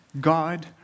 God